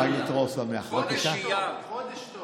חודש טוב.